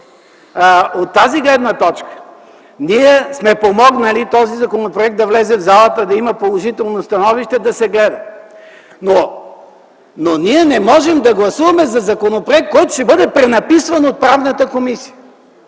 От тази гледна точка ние сме помогнали този законопроект да влезе в залата, да има положително становище и да се гледа. Ние не можем да гласуваме за законопроект, който ще бъде пренаписван от Комисията